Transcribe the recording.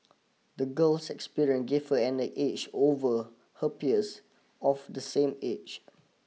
the girl's experience gave her an edge over her peers of the same age